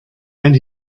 and